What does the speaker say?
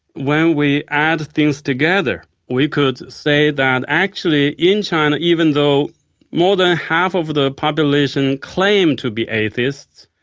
when we add things together we could say that actually, in china, even though more than half of the population claim to be atheists,